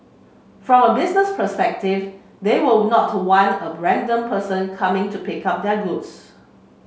from a business perspective they will not want a random person coming to pick up their goods